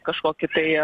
kažkokį tai